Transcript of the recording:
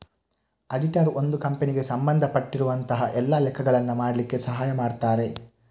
auditor ಒಂದು ಕಂಪನಿಗೆ ಸಂಬಂಧ ಪಟ್ಟಿರುವಂತಹ ಎಲ್ಲ ಲೆಕ್ಕಗಳನ್ನ ಮಾಡ್ಲಿಕ್ಕೆ ಸಹಾಯ ಮಾಡ್ತಾರೆ